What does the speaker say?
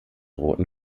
roten